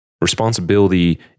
Responsibility